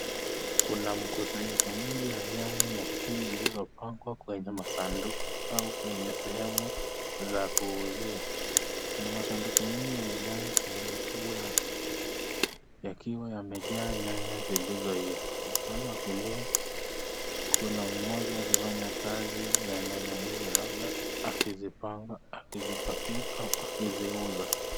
Kuna mkusanyiko mingi ya nyanya zilizopangua kwenye masanduku, au kwenye sehemu za kuuzia. Kuna masanduku mingi yamejaa sehemu kubwa yakiwa yamejaa nyanya zilizoiva. Upande wa kulia kuna mmoja alifanya kazi la nyanya hizo labda akizipanga akizipakia au akiziuza.